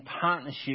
partnership